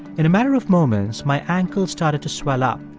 in a matter of moments, my ankle started to swell up.